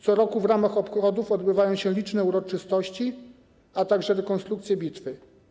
Co roku w ramach obchodów odbywają się liczne uroczystości, a także rekonstrukcje bitwy.